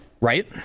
Right